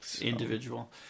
individual